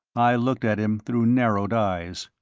i looked at him through narrowed eyes.